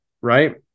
right